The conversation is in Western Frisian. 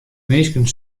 minsken